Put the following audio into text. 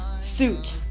Suit